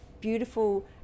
beautiful